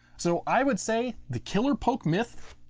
so i would say the killer poke myth,